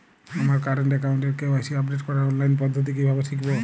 আমার কারেন্ট অ্যাকাউন্টের KYC update করার অনলাইন পদ্ধতি কীভাবে শিখব?